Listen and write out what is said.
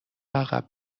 عقب